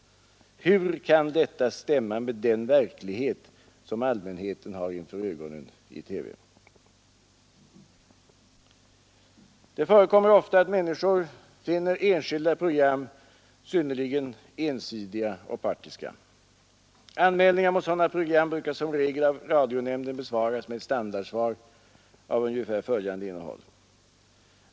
Hur kan detta stämma med den verklighet som allmänheten har inför ögonen i TV? Det förekommer ofta att människor finner enskilda program synnerligen ensidiga och partiska. Anmälningar mot sådana program brukar som regel av radionämnden besvaras med en standardformulering av ungefär följande innehåll.